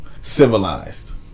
civilized